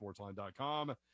Sportsline.com